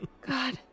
God